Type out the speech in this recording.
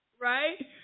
Right